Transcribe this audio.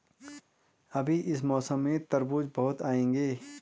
अभी इस मौसम में तरबूज बहुत आएंगे